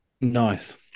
Nice